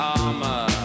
armor